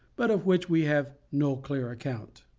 but of which we have no clear account.